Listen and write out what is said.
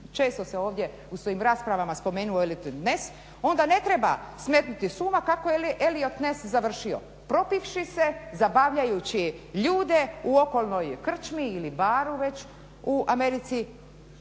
često se ovdje u svojim raspravama spomenuo Eliot Ness onda ne treba smetnuti s uma kako je Eliot Ness završio, propivši se, zabavljajući ljude u okolnoj krčmi ili baru već u Americi